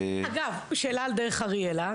אגב, שאלה על "דרך אריאלה".